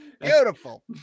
Beautiful